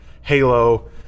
Halo